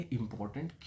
important